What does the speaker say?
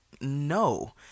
No